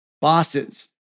bosses